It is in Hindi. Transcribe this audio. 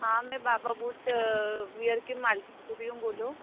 हाँ मैं बाबा बूट वियर की मालकिन बोल रही हूँ बोलो